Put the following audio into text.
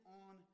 on